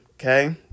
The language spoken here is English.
Okay